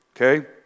Okay